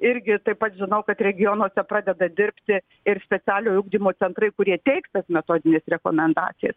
irgi taip pat žinau kad regionuose pradeda dirbti ir specialiojo ugdymo centrai kurie teiks tas metodines rekomendacijos